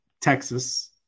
Texas